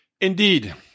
Indeed